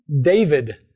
David